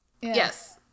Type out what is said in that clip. Yes